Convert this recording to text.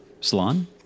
salon